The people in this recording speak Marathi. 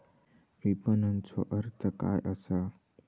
विपणनचो अर्थ काय असा?